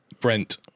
Brent